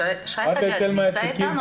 רק היטל מעסיקים,